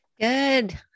Good